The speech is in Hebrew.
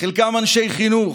חלקם אנשי חינוך,